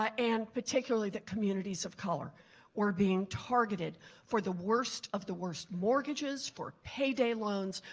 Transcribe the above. ah and particularly the communities of color were being targeted for the worst of the worst mortgages, for payday loans,